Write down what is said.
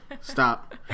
stop